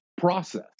process